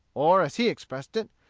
or, as he expressed it,